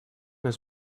his